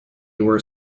were